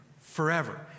forever